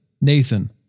Nathan